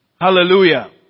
Hallelujah